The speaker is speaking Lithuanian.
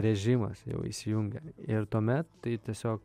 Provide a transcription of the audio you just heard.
režimas jau įsijungia ir tuomet tai tiesiog